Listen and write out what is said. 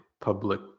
public